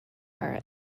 are